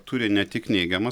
turi ne tik neigiamas